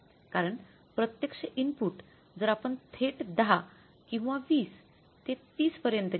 कारण प्रत्यक्ष इनपुट जर आपण थेट 10 किंवा 20 ते 30 पर्यंत गेले